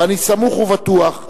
ואני סמוך ובטוח,